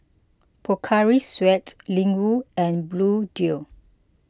Pocari Sweat Ling Wu and Bluedio